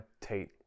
Tate